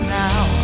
now